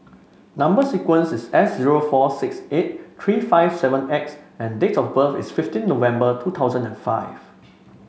number sequence is S zero four six eight three five seven X and date of birth is fifteen November two thousand and five